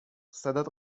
صدات